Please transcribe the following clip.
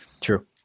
true